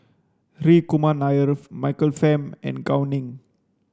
Hri Kumar Nair Michael Fam and Gao Ning